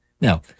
Now